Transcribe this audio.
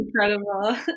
incredible